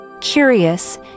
Curious